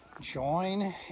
join